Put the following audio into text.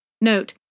Note